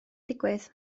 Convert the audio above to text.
digwydd